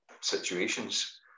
situations